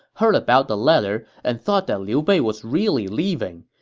heard about the letter and thought that liu bei was really leaving.